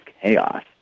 chaos